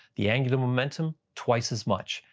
the angular momentum twice as much,